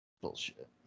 Bullshit